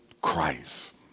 Christ